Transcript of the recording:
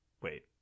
Wait